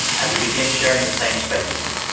as we begin sharing the same spaces.